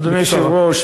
אדוני היושב-ראש,